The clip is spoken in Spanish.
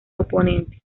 oponentes